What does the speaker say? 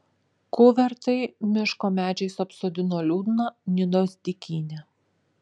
kuvertai miško medžiais apsodino liūdną nidos dykynę